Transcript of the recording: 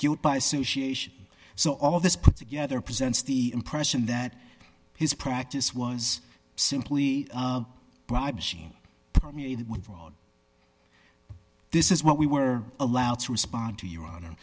guilt by association so all this put together presents the impression that his practice was simply bribes cian permeated with this is what we were allowed to respond to your honor